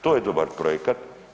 To je dobar projekat.